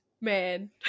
man